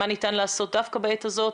מה ניתן לעשות דווקא בעת הזאת,